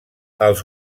els